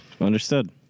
Understood